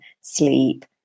sleep